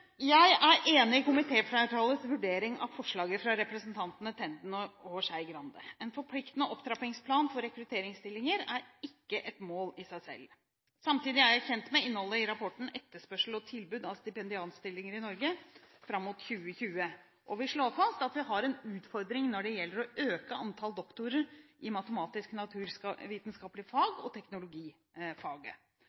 Jeg er enig i komitéflertallets vurdering av forslaget fra representantene Tenden og Skei Grande: En forpliktende opptrappingsplan for rekrutteringsstillinger er ikke et mål i seg selv. Samtidig er jeg kjent med innholdet i rapporten Etterspørsel etter og tilbud av stipendiatstillinger i Norge frem mot 2020, og vil slå fast at vi har en utfordring når det gjelder å øke antallet doktorer i